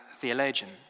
theologian